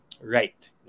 right